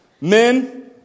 Men